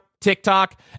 TikTok